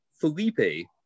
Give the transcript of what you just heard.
Felipe